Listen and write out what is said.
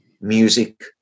music